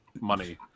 money